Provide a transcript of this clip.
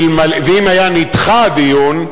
ואם היה נדחה הדיון,